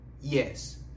yes